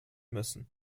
müssen